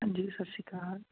ਹਾਂਜੀ ਸਤਿ ਸ਼੍ਰੀ ਅਕਾਲ